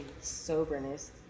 soberness